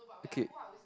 okay